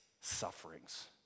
sufferings